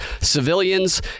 civilians